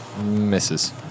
Misses